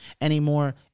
anymore